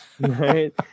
right